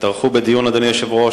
אדוני היושב-ראש,